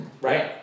Right